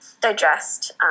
digest